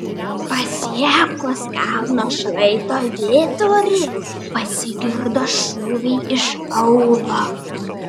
pasiekus kalno šlaito vidurį pasigirdo šūviai iš aūlo